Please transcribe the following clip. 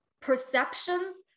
perceptions